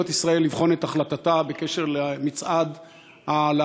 ישראל לבחון את החלטתה בעניין מצעד הלהט"ב,